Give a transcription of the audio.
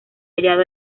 hallado